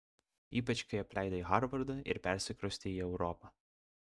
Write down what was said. ypač kai apleidai harvardą ir persikraustei į europą